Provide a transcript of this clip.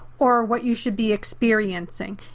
or what you should be experiencing.